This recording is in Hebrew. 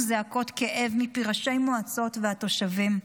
צעקות כאב מפי ראשי מועצות והתושבים.